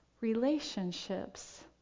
relationships